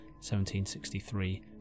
1763